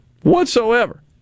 whatsoever